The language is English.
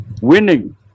winning